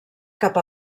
cap